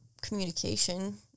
communication